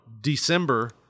December